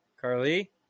Carly